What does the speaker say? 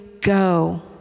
go